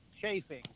chafing